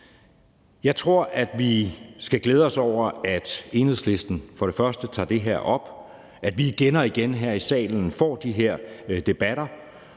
Jeg tror, at vi skal glæde os over, at Enhedslisten tager det her op, at vi igen og igen her i salen får de her debatter,